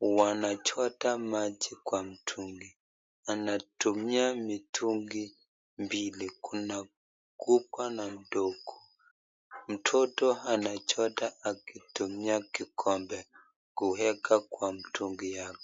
wanachota maji kwa mtungi anatumia mtungi mbili Kuna kubwa na Kuna ndogo mtoto anachota akitumia kikombe kuweka kwa mtungi Yao.